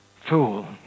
Fool